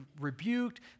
rebuked